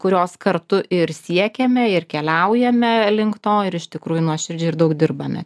kurios kartu ir siekėme ir keliaujame link to ir iš tikrųjų nuoširdžiai ir daug dirbame